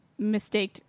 mistaked